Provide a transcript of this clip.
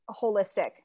holistic